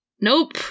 nope